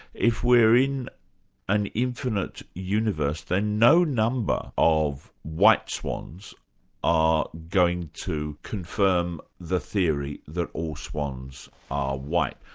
if we're in an infinite universe then no number of white swans are going to confirm the theory that all swans are white,